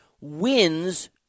Wins